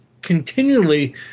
continually